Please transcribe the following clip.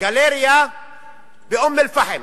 גלריה באום-אל-פחם